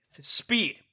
speed